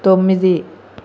తొమ్మిది